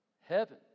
Heaven